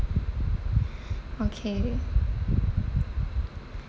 okay